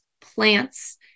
plants